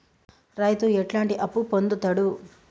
రైతు ఎట్లాంటి అప్పు పొందుతడు?